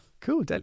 Cool